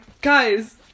Guys